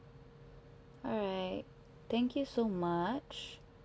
alright thank you so much